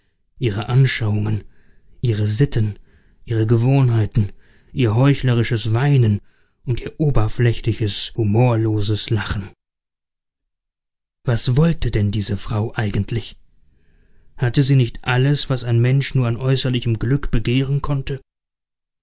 ihre anschauungen ihre sitten ihre gewohnheiten ihr heuchlerisches weinen und ihr oberflächliches humorloses lachen was wollte denn diese frau eigentlich hatte sie nicht alles was ein mensch nur an äußerlichem glück begehren konnte